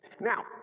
Now